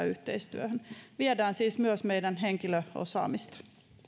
yhteistyöhön viedään siis myös meidän henkilöosaamista